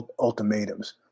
ultimatums